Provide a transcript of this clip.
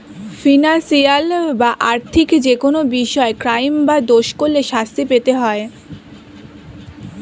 financial বা আর্থিক যেকোনো বিষয়ে ক্রাইম বা দোষ করলে শাস্তি পেতে হয়